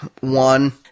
one